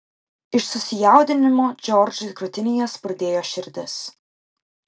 iš susijaudinimo džordžui krūtinėje spurdėjo širdis